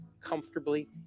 comfortably